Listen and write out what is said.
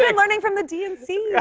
um and learning from the dnc. yeah